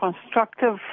constructive